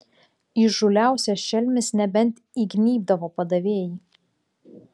įžūliausias šelmis nebent įgnybdavo padavėjai